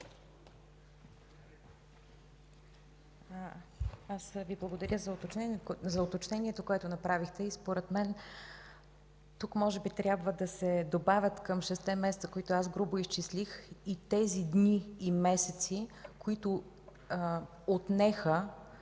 Аз Ви благодаря за уточнението, което направихте. Според мен тук може би трябва да се добавят към шестте месеца, които аз грубо изчислих, и тези дни и месеци, които се отнеха